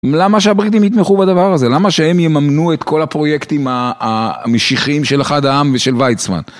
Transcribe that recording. למה שהבריטים יתמכו בדבר הזה? למה שהם יממנו את כל הפרויקטים המשיחיים של אחד העם ושל ויצמן?